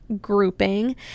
grouping